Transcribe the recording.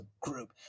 group